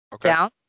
Down